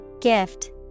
Gift